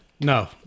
No